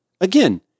Again